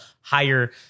higher